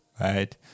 right